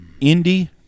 Indy